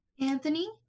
Anthony